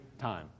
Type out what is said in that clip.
time